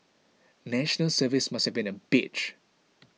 National Service must have been a bitch